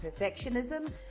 perfectionism